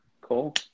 Cool